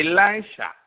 Elisha